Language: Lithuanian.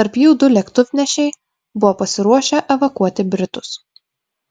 tarp jų du lėktuvnešiai buvo pasiruošę evakuoti britus